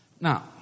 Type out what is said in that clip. Now